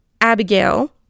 Abigail